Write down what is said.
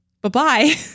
Bye-bye